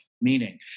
meaning